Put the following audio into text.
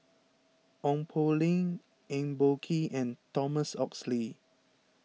Ong Poh Lim Eng Boh Kee and Thomas Oxley